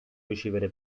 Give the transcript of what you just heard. ricevere